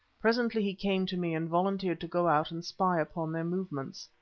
presently he came to me and volunteered to go out and spy upon their movements.